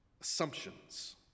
assumptions